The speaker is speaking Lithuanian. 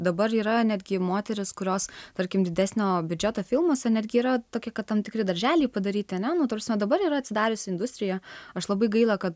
dabar yra netgi moteris kurios tarkim didesnio biudžeto filmuose netgi yra tokie kad tam tikri darželiai padaryti ane nu ta prasme dabar yra atsidariusi industrija aš labai gaila kad